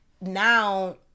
now